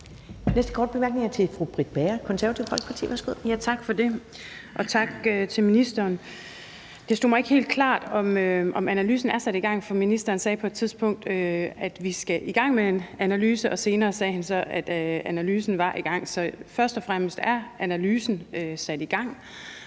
næste korte bemærkning er til fru Britt Bager, Det Konservative Folkeparti. Værsgo. Kl. 10:13 Britt Bager (KF): Tak for det. Og tak til ministeren. Det stod mig ikke helt klart, om analysen er sat i gang, for ministeren sagde på et tidspunkt, at man skulle i gang med en analyse, og senere sagde han så, at analysen var i gang. Så først og fremmest: Er analysen sat i gang?